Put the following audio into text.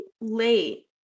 late